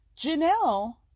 Janelle